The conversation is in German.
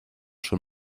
schon